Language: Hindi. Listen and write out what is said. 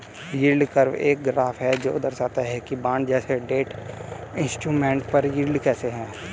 यील्ड कर्व एक ग्राफ है जो दर्शाता है कि बॉन्ड जैसे डेट इंस्ट्रूमेंट पर यील्ड कैसे है